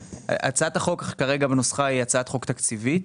הצעת החוק בנוסחה הנוכחי היא הצעת חוק תקציבית,